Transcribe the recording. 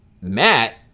Matt